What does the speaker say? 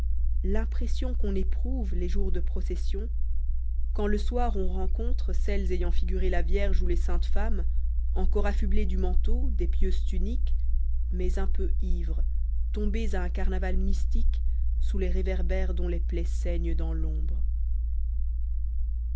robe limpression qu'on éprouve les jours de procession quand le soir on rencontre celles ayant figuré la vierge ou les saintes femmes encore affublées du manteau des pieuses tuniques mais un peu ivres tombées à un carnaval mystique sous les réverbères dont les plaies saignent dans l'ombre